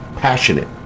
passionate